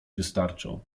wystarczą